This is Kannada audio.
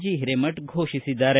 ಜಿ ಹಿರೇಮಠ ಘೋಷಿಸಿದ್ದಾರೆ